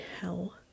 hell